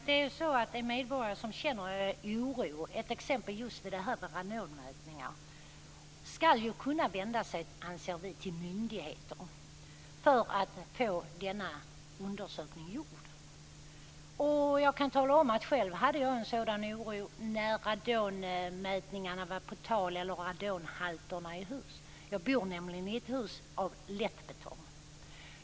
Fru talman! En medborgare som känner oro - ett exempel är just det här med radonmätningar - skall kunna vända sig, anser vi, till myndigheter för att få denna undersökning gjord. Jag kan tala om att jag själv kände sådan oro när radonhalterna i hus var på tal. Jag bor nämligen i ett hus av lättbetong.